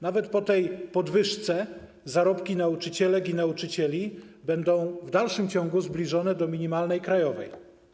Nawet po tej podwyżce, zarobki nauczycielek i nauczycieli będą w dalszym ciągu zbliżone do minimalnej krajowej.